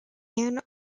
ann